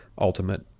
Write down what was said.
ultimate